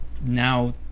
now